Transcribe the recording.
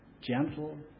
gentle